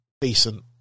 decent